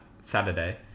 Saturday